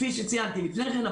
כפי שציינתי לפני כן,